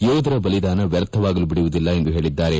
ಯೋಧರ ಬಲಿದಾನ ವ್ಯರ್ಥವಾಗಲು ಬಿಡುವುದಿಲ್ಲ ಎಂದು ಹೇಳಿದ್ದಾರೆ